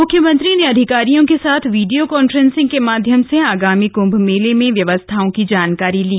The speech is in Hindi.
मुख्यमंत्री ने अधिकारियों के साथ वीडियो कॉन्फ्रेंसिंग के माध्यम से आगामी महाकुम्भ मेले में व्यवस्थाओं की जानकारी ली